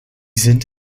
sind